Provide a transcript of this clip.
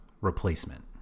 replacement